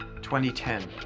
2010